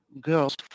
girls